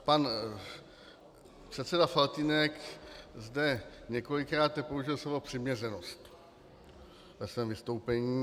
Pan předseda Faltýnek zde několikrát použil slovo přiměřenost ve svém vystoupení.